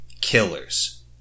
killers